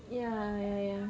ya ya ya